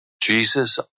Jesus